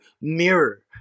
mirror